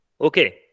Okay